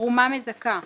"תרומה מזכה"